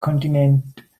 continent